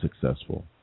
successful